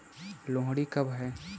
लोहड़ी कब है?